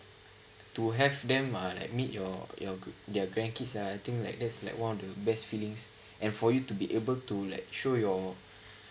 to have them uh like meet your your gra~ your grandkids ah I think like that's like one of the best feelings and for you to be able to like show your